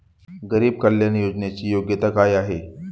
गरीब कल्याण योजनेची योग्यता काय आहे?